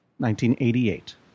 1988